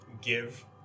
give